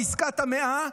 בעסקת המאה,